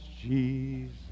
Jesus